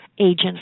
agent